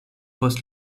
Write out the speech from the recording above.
post